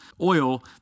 oil